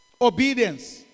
obedience